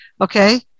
Okay